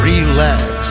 Relax